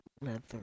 leather